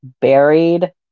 buried